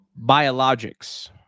biologics